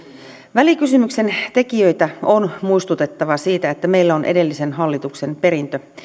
välikysymyksen tekijöitä on muistutettava siitä että meillä on edellisen hallituksen perintö